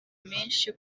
menshi